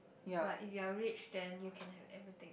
like if you are rich then you can have everything